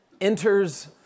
enters